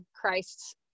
christ